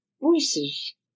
Voices